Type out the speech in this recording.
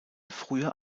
frühe